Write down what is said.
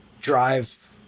drive